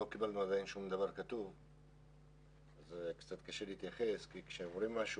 עדיין לא קיבלנו שום דבר כתוב ולכן קצת קשה להתייחס כי כשאומרים משהו,